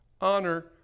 honor